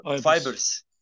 fibers